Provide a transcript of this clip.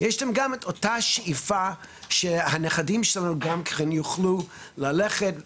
יש להם גם את אותה שאיפה שהנכדים שלהם גם כן יוכלו ללכת ולשחות,